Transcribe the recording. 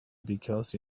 because